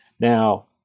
Now